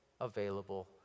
available